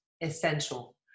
essential